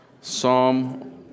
Psalm